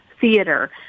theater